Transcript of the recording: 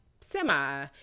semi